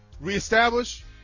reestablish